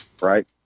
right